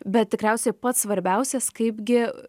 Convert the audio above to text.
bet tikriausiai pats svarbiausias kaipgi